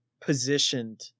positioned